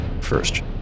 First